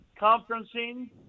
conferencing